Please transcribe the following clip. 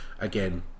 Again